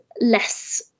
less